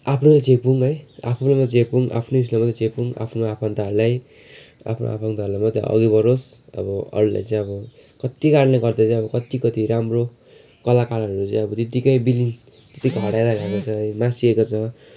आफ्नोलाई चेपौँ है आफ्नोलाई चेपौँ आफ्नै उयेसलाई मात्रै चेपौँ आफ्नो आफन्तहरूलाई आफ्नो आफन्तहरूलाई मात्रै अघि बढोस् अब अरूलाई चाहिँ अब कति कारणले गर्दा चाहिँ अब कति कति राम्रो कलाकारहरू चाहिँ अब त्यतिकै विलीन त्यतिकै हराएर जाँदैछ मासिएको छ